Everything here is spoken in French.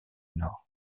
nord